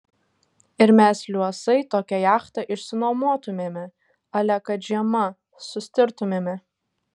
ir mes liuosai tokią jachtą išsinuomotumėme ale kad žiema sustirtumėme